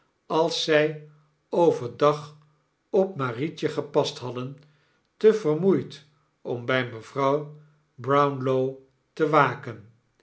als zy over dag op marietje gepast hadden te vermoeid om by mevrouw brownlow te waken